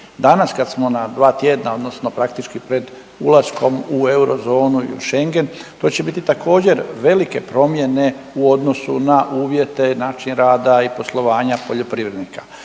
Danas kad smo na dva tjedna, odnosno praktički pred ulaskom u eurozonu i u Schengen, to će biti također, velike promjene u odnosu na uvjete, način rada i poslovanja poljoprivrednika.